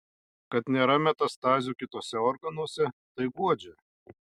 kad nėra metastazių kituose organuose tai guodžia